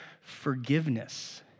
forgiveness